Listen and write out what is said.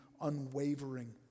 unwavering